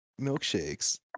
milkshakes